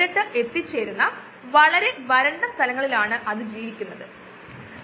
നമ്മൾ മനസ്സിൽ വെക്കേണ്ട കാര്യം സ്റ്റിർഡ് ടാങ്ക് എന്നത് ഒരു പാത്രം ആണ് അതൊരു ബയോറിയാക്ടർ ആണ്